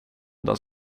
enda